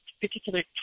particular